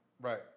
Right